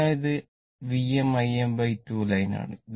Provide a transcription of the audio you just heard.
അതിനാൽ ഇത് Vm Im2 ലൈനാണ്